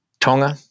Tonga